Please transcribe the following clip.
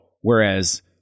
Whereas